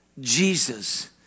Jesus